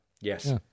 Yes